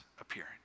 appearing